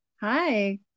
Hi